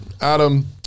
adam